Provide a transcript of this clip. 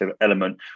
element